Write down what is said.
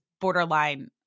borderline